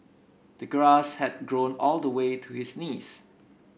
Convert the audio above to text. the grass had grown all the way to his knees